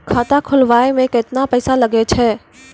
खाता खोलबाबय मे केतना पैसा लगे छै?